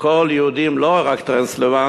בכל היהודים, לא רק מטרנסילבניה,